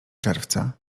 czerwca